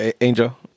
Angel